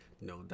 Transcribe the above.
No